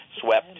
swept